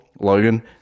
Logan